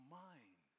mind